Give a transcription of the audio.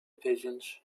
pigeons